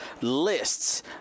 lists